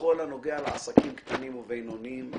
בכל הנוגע לעסקים קטנים ובינוניים,